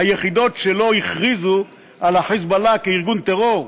היחידות שלא הכריזו על ה"חיזבאללה" כארגון טרור.